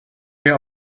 mir